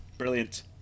brilliant